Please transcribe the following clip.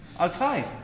Okay